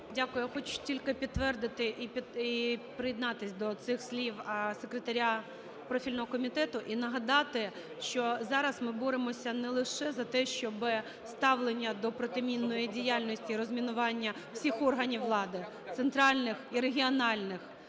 Дякую. Я хочу тільки підтвердити і приєднатись до цих слів секретаря профільного комітету, і нагадати, що зараз ми боремося не лише за те, щоб ставлення до протимінної діяльності і розмінування всіх органів влади центральних і регіональних